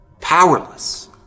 powerless